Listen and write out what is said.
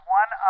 one